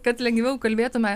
kad lengviau kalbėtume